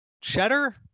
cheddar